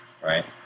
right